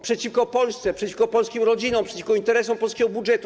Przeciwko Polsce, przeciwko polskim rodzinom, przeciwko interesom polskiego budżetu.